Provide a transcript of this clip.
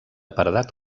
paredat